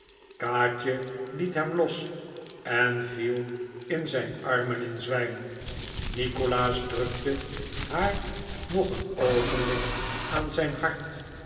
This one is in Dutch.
kaatje liet hem los en viel in zijn armen in zwijm nikolaas drukte haar nog een oogenblik aan zijn hart